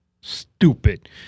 stupid